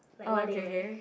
oh okay k